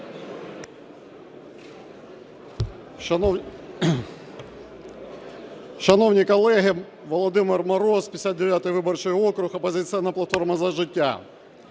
Шановні колеги, Володимир Мороз, 59 виборчий округ, "Опозиційна платформа - За життя".